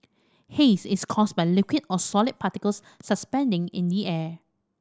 haze is caused by liquid or solid particles suspending in the air